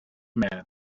man